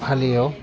फालियो